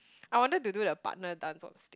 I wanted to do the partner dance onstage